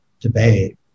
debate